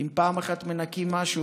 אם פעם אחת מנקים משהו,